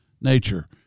nature